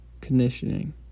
conditioning